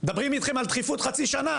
מדברים איתכם על דחיפות חצי שנה,